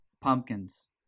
pumpkins